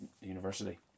University